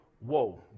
whoa